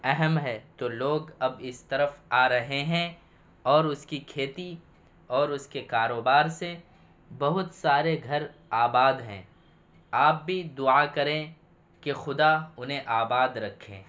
اہم ہے تو لوگ اب اس طرف آ رہے ہیں اور اس کی کھیتی اور اس کے کاروبار سے بہت سارے گھر آباد ہیں آپ بھی دعا کریں کہ خدا انہیں آباد رکھے